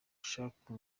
ushaka